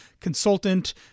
consultant